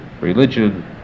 religion